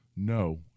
No